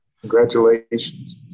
Congratulations